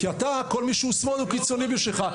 כי אתה כל מי שהוא שמאל הוא קיצוני בשבילך,